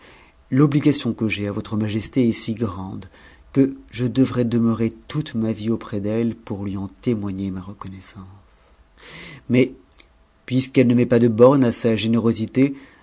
l'obligation que j'ai à votre majesté est grande que je devrais demeurer toute ma vie auprès d'elle pour lui en témoigner ma reconnaissance mais puisqu'elle ne met pas de bornes à générosité